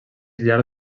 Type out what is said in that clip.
llar